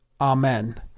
Amen